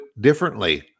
differently